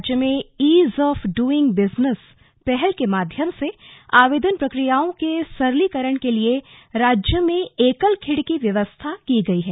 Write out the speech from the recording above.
राज्य में ease of doing business पहल के माध्यम से आवेदन प्रक्रियाओं के सरलीकरण के लिए राज्य में एकल खिड़की व्यवस्था की गई है